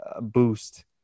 boost